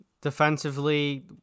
Defensively